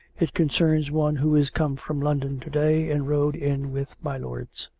it concerns one who is come from london to-day, and rode in with my lords.